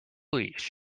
leash